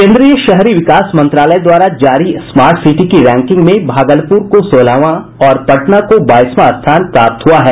केंद्रीय शहरी विकास मंत्रालय द्वारा जारी स्मार्ट सिटी की रैंकिंग में भागलपुर को सोलहवां और पटना को बाईसवां स्थान प्राप्त हुआ है